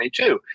2022